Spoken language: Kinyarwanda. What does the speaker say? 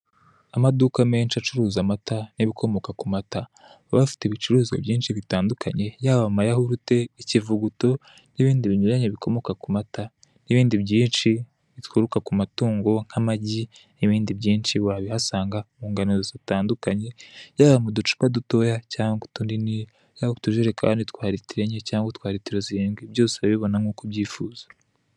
Amaduka menshi acuruza amata n'ibikomoka ku mata bafite ibicuruzwa byinshi bitandukanye yaba amayahurute ikivuguto n'ibindi binyuranye bikomoka ku matara n ibindi byinshi bituruka ku matungo; nk'amagi n'ibindi byinshi wabihasanga ku ngano zitandukanye, yaba mu ducupa dutoya cyangwa utunini yaba utujerekani twa litiro enye cyangwa utwa litiro zirindwi byose urabibona nkuko ubyifuza.